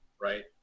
right